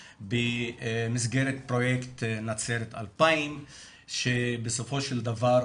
במסגרת פרויקט נצרת 2000 שבסופו של דבר